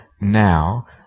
now